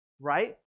Right